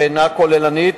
שהינה כוללנית,